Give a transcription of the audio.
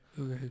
Okay